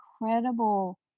incredible